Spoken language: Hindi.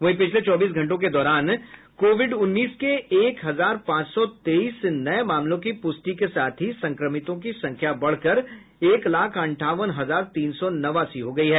वहीं पिछले चौबीस घंटों के दौरान कोविड उन्नीस के एक हजार पांच सौ तेईस नये मामलों की प्रष्टि के साथ ही संक्रमितों की संख्या बढ़कर एक लाख अंठावन हजार तीन सौ नवासी हो गयी है